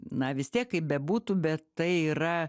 na vis tiek kaip bebūtų bet tai yra